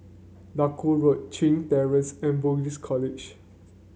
Duku Road Chin Terrace and Buddhist College